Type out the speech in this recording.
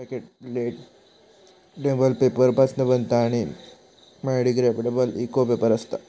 packet plantable paper पासना बनता आणि बायोडिग्रेडेबल इको पेपर असता